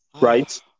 right